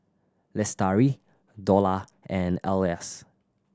Lestari Dollah and Elyas